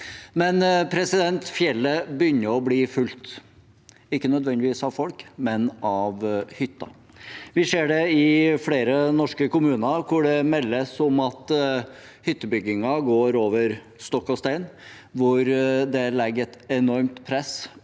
men fjellet begynner å bli fullt – ikke nødvendigvis av folk, men av hytter. Vi ser det i flere norske kommuner, hvor det meldes om at hyttebyggingen går over stokk og stein. Det legger et enormt press